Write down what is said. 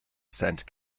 saint